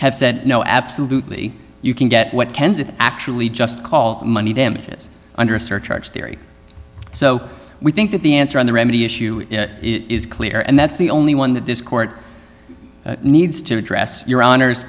have said no absolutely you can get what kensit actually just calls money damages under a surcharge theory so we think that the answer on the remedy issue is clear and that's the only one that this court needs to address your honor